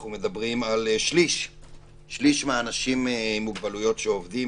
אנחנו מדברים על שליש מהאנשים עם מוגבלויות שעובדים,